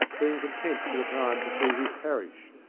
being content for the time to see his parish,